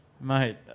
mate